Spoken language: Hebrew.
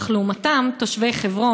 אך לעומתם תושבי חברון,